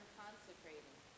consecrated